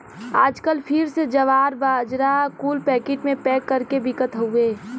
आजकल फिर से जवार, बाजरा कुल पैकिट मे पैक कर के बिकत हउए